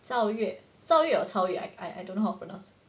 赵粤赵粤 or 超越 I don't know how to pronounce